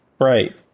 right